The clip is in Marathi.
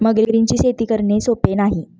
मगरींची शेती करणे सोपे नाही